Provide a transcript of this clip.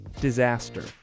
disaster